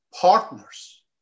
partners